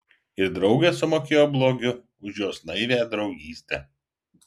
ir draugė sumokėjo blogiu už jos naivią draugystę